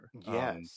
yes